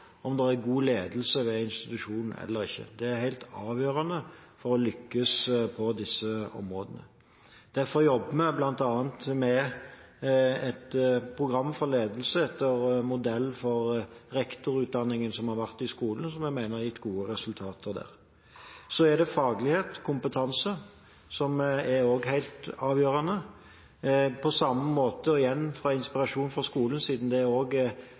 om det er god ledelse ved institusjonen. Det er helt avgjørende for å lykkes på disse områdene. Derfor jobber vi bl.a. med et program for ledelse etter modell av rektorutdanningen i skolen, som jeg mener har gitt gode resultater der. Så er faglighet, kompetanse, også helt avgjørende. På samme måte: Igjen – som inspirasjon fra skolen, siden brukerutvalget er inspirert av FAU i skolen – er det